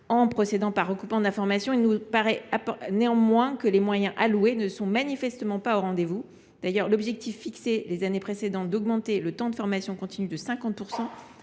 En procédant par recoupement d’informations, il nous semble néanmoins que les moyens alloués ne sont pas au rendez vous. D’ailleurs, l’objectif, fixé les années précédentes, visant à augmenter le temps de formation continue de 50